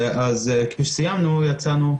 כשסיימנו יצאנו,